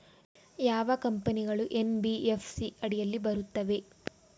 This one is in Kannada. ಯಾವ ಕಂಪನಿಗಳು ಎನ್.ಬಿ.ಎಫ್.ಸಿ ಅಡಿಯಲ್ಲಿ ಬರುತ್ತವೆ?